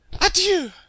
Adieu